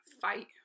fight